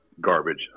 garbage